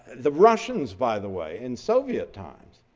the russians by the way and soviet times,